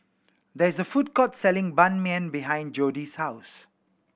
there is a food court selling Ban Mian behind Jodi's house